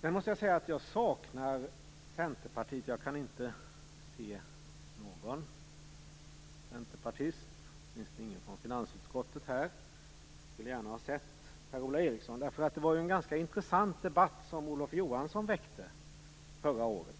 Jag måste säga att jag saknar Centerpartiet. Jag kan inte se någon centerpartist här, åtminstone inte från finansutskottet. Jag skulle gärna ha sett Per-Ola Eriksson. Olof Johansson väckte ju en intressant debatt på hösten förra året.